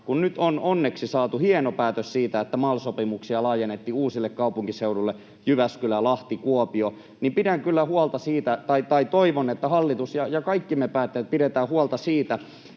kun nyt on onneksi saatu hieno päätös siitä, että MAL-sopimuksia laajennettiin uusille kaupunkiseuduille — Jyväskylään, Lahteen, Kuopioon — niin toivon, että hallitus ja kaikki me päättäjät pidämme huolta siitä,